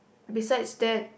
besides that